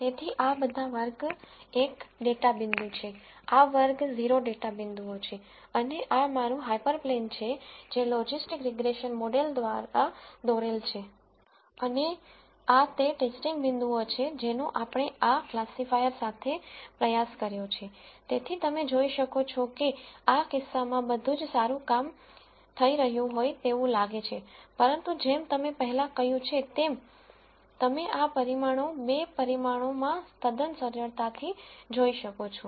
તેથી આ બધા વર્ગ 1 ડેટા પોઇન્ટ છે આ વર્ગ 0 ડેટા પોઇન્ટસ છે અને આ તમારું હાઇપરપ્લેન છે જે લોજિસ્ટિક રીગ્રેસન મોડેલ દ્વારા દોરેલ છે અને આ તે ટેસ્ટિંગ પોઇન્ટસ છે જેનો આપણે આ ક્લાસિફાયર સાથે પ્રયાસ કર્યો છે તેથી તમે જોઈ શકો છો કે આ કિસ્સામાં બધુ જ સારું કામ થઇ રહ્યું હોય તેવું લાગે છે છે પરંતુ જેમ તમે પહેલા કહ્યું છે તેમ તમે આ પરિણામો બે પરિમાણો માં તદ્દન સરળતાથી જોઈ શકો છો